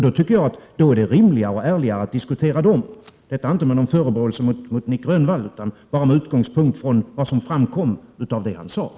Då är det rimligare och ärligare att diskutera dessa problem. Detta är inte sagt som en förebråelse mot Nic Grönvall utan bara med utgångspunkt i vad som framgick av det han sade.